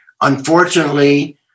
Unfortunately